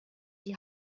die